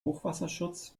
hochwasserschutz